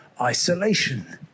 isolation